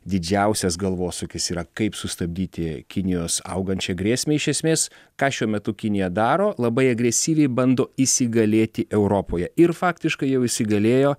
didžiausias galvosūkis yra kaip sustabdyti kinijos augančią grėsmę iš esmės ką šiuo metu kinija daro labai agresyviai bando įsigalėti europoje ir faktiškai jau įsigalėjo